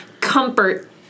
comfort